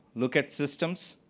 look at systems.